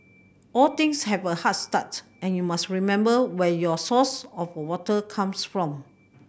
all things have a hard start and you must remember where your source of water comes from